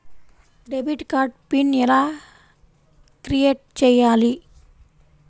Debit card PIN ఎలా create చెయ్యాలి?